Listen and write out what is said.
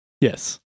Yes